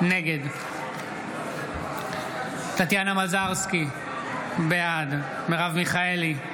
נגד טטיאנה מזרסקי, בעד מרב מיכאלי,